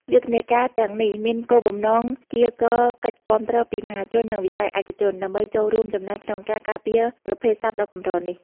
យុទ្ធនាការទាំងនេះមានគោលបំណងកៀរគរកិច្ចគាំទ្រពីមហាជន និងវិស័យឯកជន ដើម្បីចូលរួមចំណែកក្នុងការការពារប្រភេទសត្វដ៏កម្រនេះ។